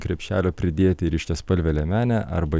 krepšelio pridėti ryškiaspalvę liemenę arba